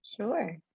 Sure